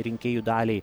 rinkėjų daliai